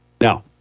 Now